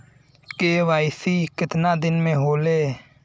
KYC कितना दिन में होले?